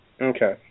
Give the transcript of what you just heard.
Okay